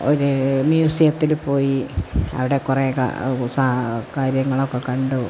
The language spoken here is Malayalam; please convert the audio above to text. ഒരു മ്യൂസിയത്തില് പോയി അവിടെ കുറേ കാര്യങ്ങളൊക്കെ കണ്ടു